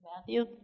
Matthew